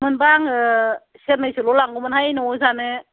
मोनबा आङो सेरनैसोल' लांगौमोनहाय न'आव जानो